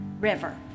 River